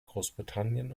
großbritannien